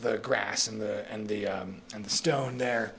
the grass and the and the and the stone there